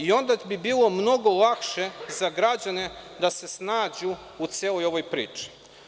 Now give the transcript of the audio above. Onda bi bilo mnogo lakše za građane da se snađu u celoj ovoj priči.